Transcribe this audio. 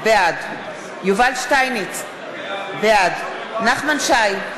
בעד יובל שטייניץ, בעד נחמן שי,